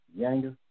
Yanger